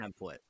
template